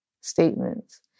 statements